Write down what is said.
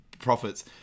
profits